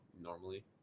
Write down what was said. normally